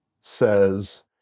says